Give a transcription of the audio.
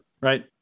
right